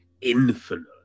Infinite